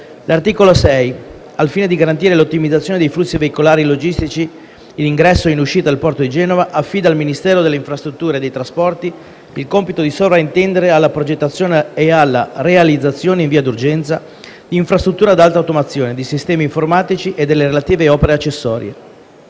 L’articolo 6, al fine di garantire l’ottimizzazione dei flussi veicolari logistici in ingresso e in uscita dal porto di Genova, affida al Ministero delle infrastrutture e dei trasporti il compito di sovraintendere alla progettazione e alla realizzazione, in via d’urgenza, di infrastrutture ad alta automazione, di sistemi informatici e delle relative opere accessorie.